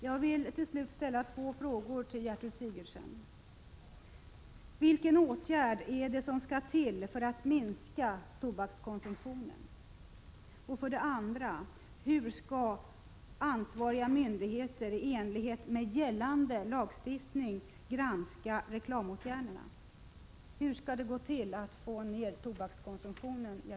Jag vill till slut ställa två frågor till Gertrud Sigurdsen: 2. Hur skall ansvariga myndigheter i enlighet med gällande lagstiftning granska reklamåtgärderna?